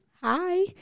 hi